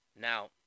Now